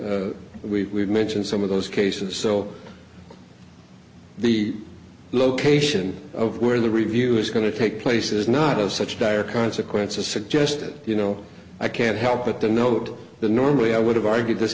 we mentioned some of those cases so the location of where the review is going to take place is not of such dire consequences suggested you know i can't help but the note that normally i would have argued this